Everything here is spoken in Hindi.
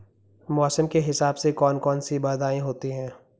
मौसम के हिसाब से कौन कौन सी बाधाएं होती हैं?